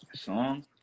song